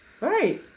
Right